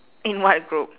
in what group